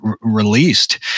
released